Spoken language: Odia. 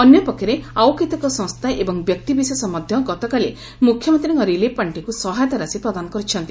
ଅନ୍ୟପକ୍ଷରେ ଆଉ କେତେକ ସଂସ୍ଥା ଏବଂ ବ୍ୟକ୍ତିବିଶେଷ ମଧ୍ୟ ଗତକାଲି ମୁଖ୍ୟମନ୍ତୀଙ୍କ ରିଲିଫ୍ ପାଶ୍ବିକୁ ସହାୟତା ରାଶି ପ୍ରଦାନ କରିଛନ୍ତି